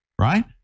Right